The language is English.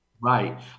Right